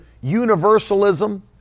universalism